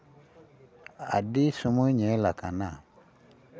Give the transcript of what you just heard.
ᱟᱹᱰᱤ ᱥᱚᱢᱚᱭ ᱧᱮᱞ ᱟᱠᱟᱱᱟ